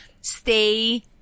stay